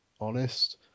honest